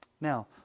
Now